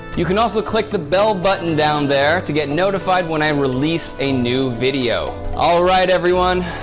you can also click the bell button down there to get notified when i release a new video. alright everyone,